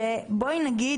בוא נגיד,